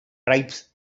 tribes